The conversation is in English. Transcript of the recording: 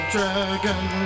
Dragon